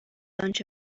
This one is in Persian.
آنچه